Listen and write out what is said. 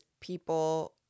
people